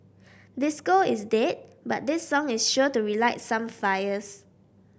disco is dead but this song is sure to relight some fires